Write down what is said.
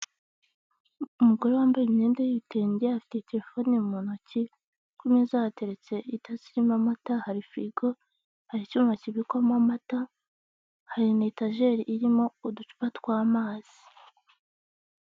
Umugore wambaye imyenda y'ibitenge afite telefoni mu ntoki, ku meza hateretse itasi irimo amata, hari firigo, hari icyuma kibikwamo amata, hari na etajeri irimo uducupa tw'amazi.